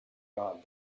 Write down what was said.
god